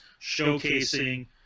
showcasing